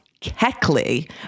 Keckley